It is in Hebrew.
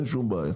יוזמנו.